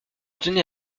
tenais